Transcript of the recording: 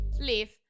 leave